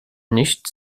nicht